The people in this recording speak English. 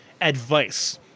advice